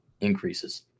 increases